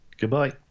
goodbye